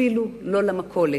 אפילו לא למכולת.